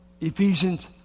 Ephesians